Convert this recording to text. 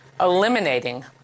eliminating